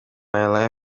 life